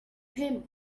him